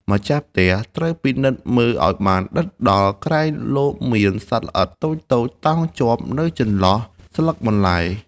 ម្ចាស់ផ្ទះត្រូវពិនិត្យមើលឱ្យបានដិតដល់ក្រែងលោមានសត្វល្អិតតូចៗតោងជាប់នៅតាមចន្លោះស្លឹកបន្លែ។